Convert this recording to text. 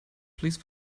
please